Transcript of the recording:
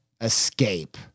escape